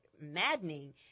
maddening